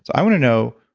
i want to know,